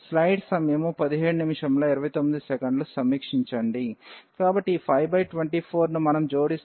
కాబట్టి ఈ 524 ను మనం జోడిస్తే 38 గా మారుతుంది